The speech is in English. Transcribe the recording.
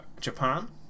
japan